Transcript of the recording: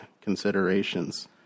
considerations